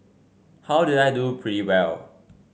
how did I do pretty well